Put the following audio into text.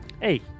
Hey